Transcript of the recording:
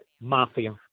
mafia